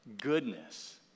goodness